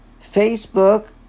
Facebook